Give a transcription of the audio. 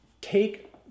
take